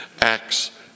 Acts